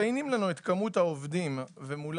מציינים לנו את כמות העובדים ומולם